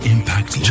Impact